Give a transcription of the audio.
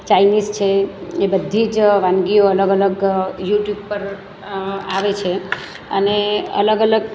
Chinese છે એ બધી જ વાનગીઓ અલગ અલગ યુટ્યુબ પર આવે છે અને અલગ અલગ